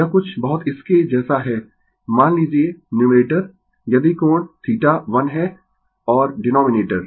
यह कुछ बहुत इसके जैसा है मान लीजिये न्यूमरेटर यदि कोण 1 है और डीनोमिनेटर